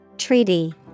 Treaty